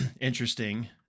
interesting